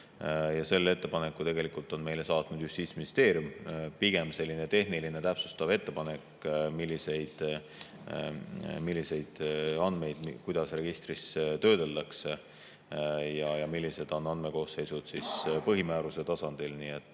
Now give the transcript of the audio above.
Selle ettepaneku on meile saatnud Justiitsministeerium. [See on] pigem selline tehniline täpsustav ettepanek, milliseid andmeid ja kuidas registris töödeldakse ja millised on andmekoosseisud põhimääruse tasandil. Nii et